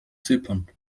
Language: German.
zypern